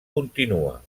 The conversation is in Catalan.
continua